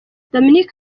dominic